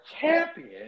Champion